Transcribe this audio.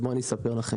אז בואו ואני אספר לכם.